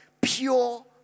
pure